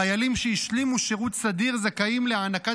חיילים שהשלימו שירות סדיר זכאים להענקת